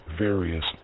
various